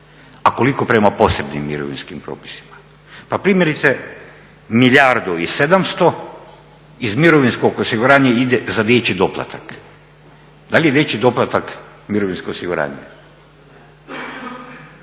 a koliko prema posebnim mirovinskim propisima. Pa primjerice milijardu i 700 iz mirovinskog osiguranja ide za dječji doplatak. Da li je dječji doplatak mirovinsko osiguranje?